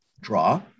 draw